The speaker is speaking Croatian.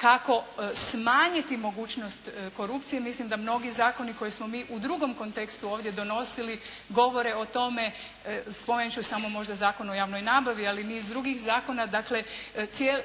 kako smanjiti mogućnost korupcije. Mislim da mnogi zakoni koje smo mi u drugom kontekstu ovdje donosili govore o tome, spomenut ću samo možda Zakon o javnoj nabavi, ali i niz drugih zakona, dakle